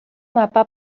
mapa